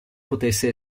potesse